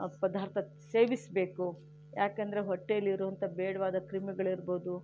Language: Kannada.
ಪದಾರ್ಥ ಸೇವಿಸಬೇಕು ಯಾಕೆಂದರೆ ಹೊಟ್ಟೇಲಿರೋವಂಥ ಬೇಡವಾದ ಕ್ರಿಮಿಗಳಿರ್ಬೋದು